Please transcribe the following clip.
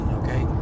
okay